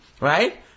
Right